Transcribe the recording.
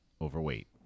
overweight